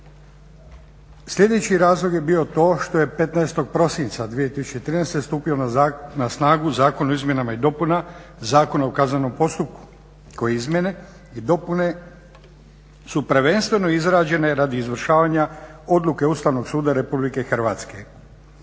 Sljedeći razlog je bio to što je 15. prosinca 2013. stupio na snagu zakon o izmjenama i dopunama Zakona o kaznenom postupku kojem izmjene i dopune su prvenstveno izrađene radi izvršavanja odluke Ustavnog suda RH.